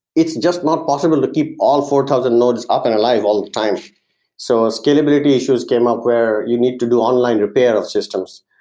it's just not possible to keep all four thousand nodes up and alive all the time so scalability issues came up where you need to do online repair of systems,